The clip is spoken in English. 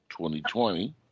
2020